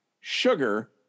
sugar